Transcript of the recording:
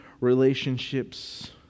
relationships